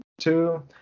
Two